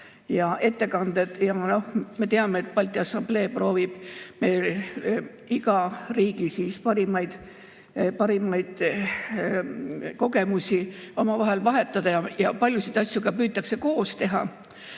ettekanded ja me teame, et Balti Assamblee proovib iga riigi parimaid kogemusi omavahel vahetada ja paljusid asju püütakse ka koos teha.